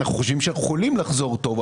אנחנו חושבים שיכולים לחזור להרוויח טוב.